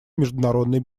международной